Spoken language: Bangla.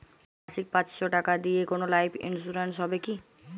মাসিক পাঁচশো টাকা দিয়ে কোনো লাইফ ইন্সুরেন্স হবে কি?